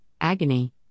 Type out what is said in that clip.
agony